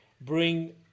bring